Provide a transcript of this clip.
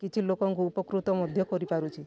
କିଛି ଲୋକଙ୍କୁ ଉପକୃତ ମଧ୍ୟ କରିପାରୁଛି